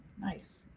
nice